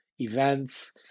events